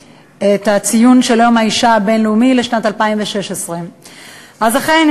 לסדר-היום את ציון יום האישה הבין-לאומי 2016. אז אכן,